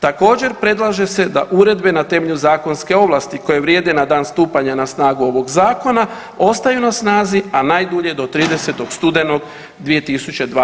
Također predlaže se da uredbe na temelju zakonske ovlasti koje vrijede na dan stupanja na snagu ovog zakona, ostaju na snazi, a najdulje do 30. studenog 2022.